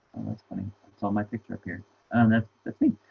that's i mean so all my picture up here and that's the thing